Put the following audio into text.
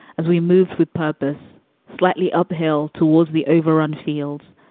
as we moved with purpose slightly uphill towards the overrun fields,